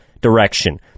direction